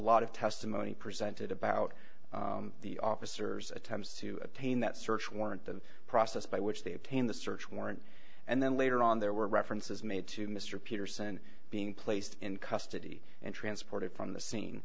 lot of testimony presented about the officers attempts to attain that search warrant the process by which they obtained the search warrant and then later on there were references made to mr peterson being placed in custody and transported from the scene